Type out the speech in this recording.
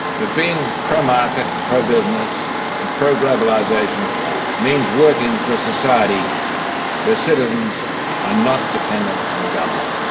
but being pro-market, pro-business and pro-globalisation means working for a society where citizens are not dependent on the government.